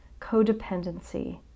codependency